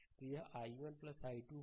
तो यह i1 i2 होगा